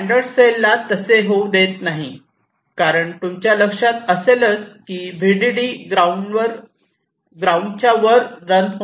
standard cell ला तसे होऊ शकत नाही कारण तुमच्या लक्षात असेलच की VDD ग्राऊंडच्या वर रन होत असते